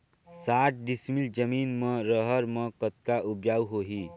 साठ डिसमिल जमीन म रहर म कतका उपजाऊ होही?